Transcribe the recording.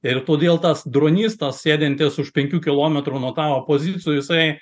ir todėl tas dronistas sėdintis už penkių kilometrų nuo tavo pozicijų jisai